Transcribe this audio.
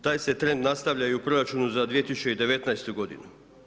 Taj se trend nastavlja i u proračunu za 2019.-tu godinu.